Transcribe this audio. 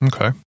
okay